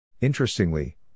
Interestingly